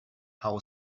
how